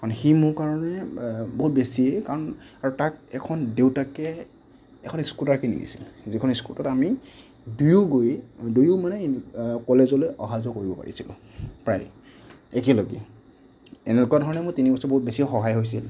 কাৰণ সি মোৰ কাৰণে বহুত বেছিয়ে কাৰণ আৰু তাক এখন দেউতাকে এখন স্কুটাৰ কিনি দিছিল যিখন স্কুটাৰত আমি দুয়ো গৈ দুয়ো মানে কলেজলৈ অহা যোৱা কৰিব পাৰিছিলোঁ প্ৰায় একেলগে এনেকুৱা ধৰণে মোৰ তিনি বছৰ বহুত বেছি সহায় হৈছিল